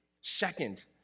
Second